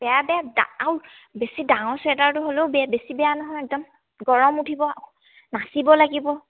বেয়া বেয়া আৰু বেছি ডাঙৰ চুৱেটাৰটো হ'লেও বেয়া বেছি বেয়া নহয় একদম গৰম উঠিব নাচিব লাগিব